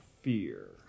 fear